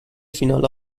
فینال